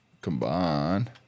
Combine